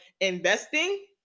investing